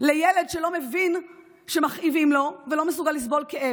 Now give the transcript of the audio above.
לילד שלא מבין כשמכאיבים לו ולא מסוגל לסבול כאב.